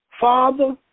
Father